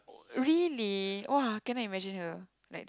really !wah! cannot imagine her like